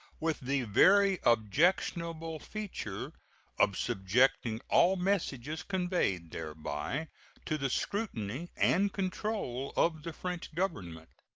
with the very objectionable feature of subjecting all messages conveyed thereby to the scrutiny and control of the french government,